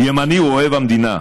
ימני הוא אוהב המדינה.